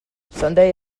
sunday